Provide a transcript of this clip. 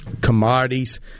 commodities